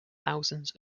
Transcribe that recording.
thousands